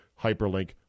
Hyperlink